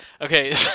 Okay